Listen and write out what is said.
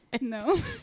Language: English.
No